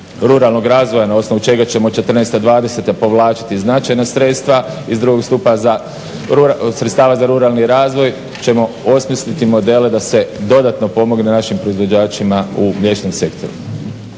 ruralnog razvoja na osnovu čega ćemo '14.-'20. povlačiti značajna sredstva iz drugog stupa sredstava za ruralni razvoj ćemo osmisliti modele da se dodatno pomogne našim proizvođačima u mliječnom sektoru.